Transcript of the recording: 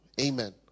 Amen